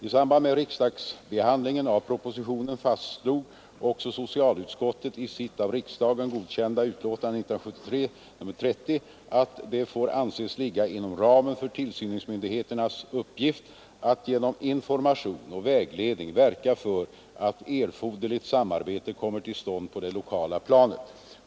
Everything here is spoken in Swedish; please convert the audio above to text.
I samband med riksdagsbehandlingen av propositionen fastslog också socialutskottet i sitt av riksdagen godkända betänkande 1973:30 att det får anses ligga inom ramen för tillsynsmyndighetens uppgifter att genom information och vägledning verka för att erforderligt samarbete kommer till stånd på det lokala planet.